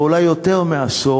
ואולי יותר מעשור,